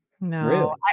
No